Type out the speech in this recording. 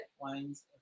Wines